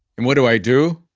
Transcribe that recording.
and what do i do?